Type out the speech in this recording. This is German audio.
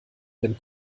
wenn